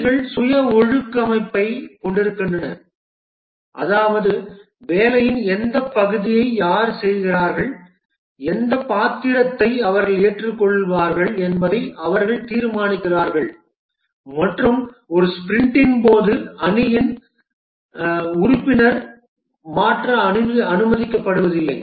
அணிகள் சுய ஒழுங்கமைப்பைக் கொண்டிருக்கின்றன அதாவது வேலையின் எந்தப் பகுதியை யார் செய்வார்கள் எந்தப் பாத்திரத்தை அவர்கள் ஏற்றுக்கொள்வார்கள் என்பதை அவர்கள் தீர்மானிக்கிறார்கள் மற்றும் ஒரு ஸ்பிரிண்ட்டின் போது அணியின் உறுப்பினர் மாற்ற அனுமதிக்கப்படுவதில்லை